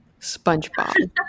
SpongeBob